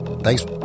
thanks